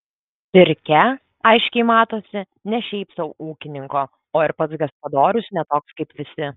pirkia aiškiai matosi ne šiaip sau ūkininko o ir pats gaspadorius ne toks kaip visi